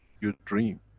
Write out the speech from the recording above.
you dream.